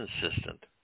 consistent